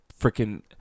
freaking